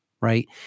right